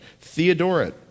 Theodoret